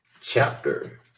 chapter